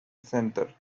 center